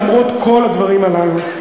למרות כל הדברים הללו,